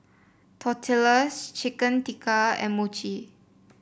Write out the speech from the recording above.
Tortillas Chicken Tikka and Mochi